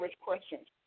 questions